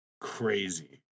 crazy